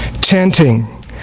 Chanting